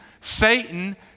Satan